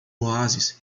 oásis